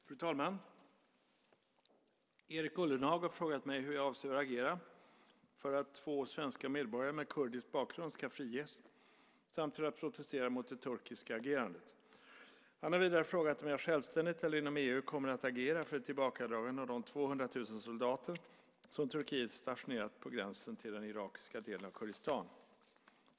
Fru talman! Erik Ullenhag har frågat mig hur jag avser att agera för att två svenska medborgare med kurdisk bakgrund ska friges, samt för att protestera mot det turkiska agerandet. Han har vidare frågat om jag självständigt eller inom EU kommer att agera för ett tillbakadragande av de 200 000 soldater som Turkiet stationerat på gränsen till den irakiska delen av Kurdistan.